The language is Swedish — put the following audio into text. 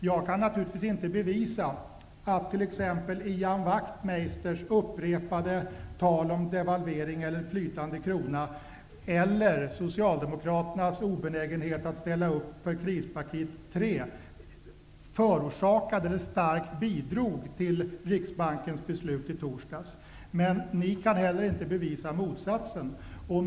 Jag kan naturligtvis inte bevisa att t.ex. Ian Wachtmeisters upprepade tal om devalvering och flytande krona eller Socialdemokraternas obenägenhet att ställa upp för krispaket 3 förorsakade eller starkt bidrog till Riksbankens beslut i torsdags, men ni kan inte heller bevisa motsatsen.